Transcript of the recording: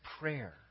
prayer